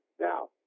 Now